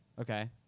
Okay